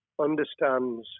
understands